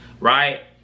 right